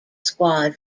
squad